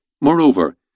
Moreover